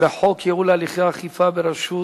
בחוק ייעול הליכי האכיפה ברשות